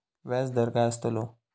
व्याज दर काय आस्तलो?